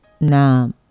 now